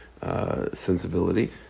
sensibility